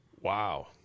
Wow